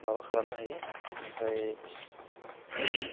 माबा खालामनो हायो ओमफ्राय